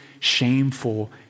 shameful